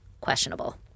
questionable